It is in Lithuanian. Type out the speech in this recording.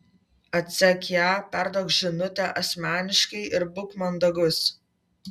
atsek ją perduok žinutę asmeniškai ir būk mandagus